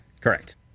Correct